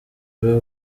biba